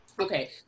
okay